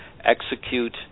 execute